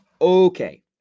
Okay